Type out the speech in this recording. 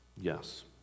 Yes